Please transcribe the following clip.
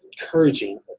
encouraging